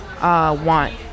want